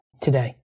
today